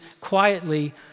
quietly